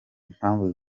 mpamvu